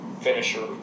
finisher